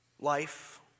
Life